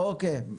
אוקיי.